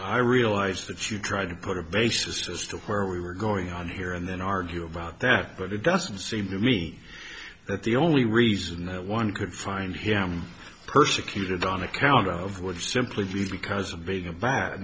i realize that you tried to put a basis to where we were going on here and then argue about that but it doesn't seem to me that the only reason one could find him persecuted on account of would simply be because of being a ba